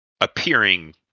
appearing